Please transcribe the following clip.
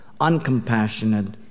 uncompassionate